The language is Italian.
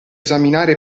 esaminare